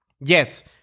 Yes